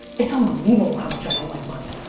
it's unbelievable how much i don't like money.